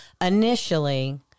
initially